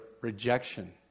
rejection